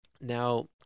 Now